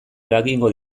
eragingo